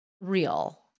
real